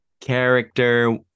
character